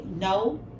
no